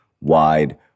wide